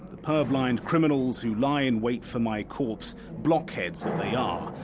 the purblind criminals who lie in wait for my corpse, blockheads that they um